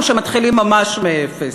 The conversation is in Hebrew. או שמתחילים ממש מאפס?